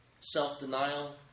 self-denial